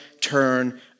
turn